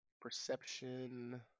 Perception